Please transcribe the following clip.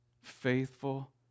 Faithful